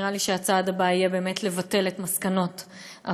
נראה לי שהצעד הבא יהיה באמת לבטל את מסקנות הוועדה.